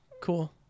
Cool